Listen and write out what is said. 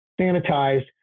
sanitized